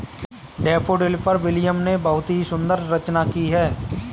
daffodil पर William ने बहुत ही सुंदर रचना की है